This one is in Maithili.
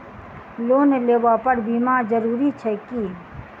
लोन लेबऽ पर बीमा जरूरी छैक की?